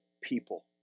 people